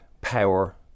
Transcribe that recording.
power